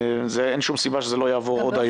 אין סיבה שזה לא יעבור עוד היום.